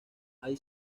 hay